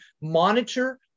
monitor